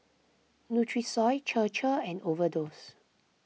Nutrisoy Chir Chir and Overdose